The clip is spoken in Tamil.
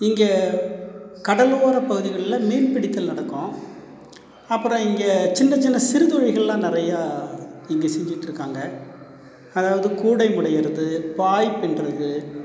இங்கே கடலோர பகுதிகளில் மீன்பிடித்தல் நடக்கும் அப்பறம் இங்கே சின்னச் சின்ன சிறு தொழில்கள்லாம் நிறையா இங்கே செஞ்சுட்டு இருக்காங்கள் அதாவது கூடை முடையிறது பாய் பின்னுறது